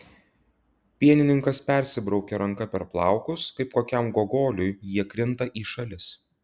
pienininkas persibraukia ranka per plaukus kaip kokiam gogoliui jie krinta į šalis